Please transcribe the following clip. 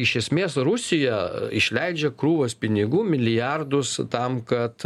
iš esmės rusija išleidžia krūvas pinigų milijardus tam kad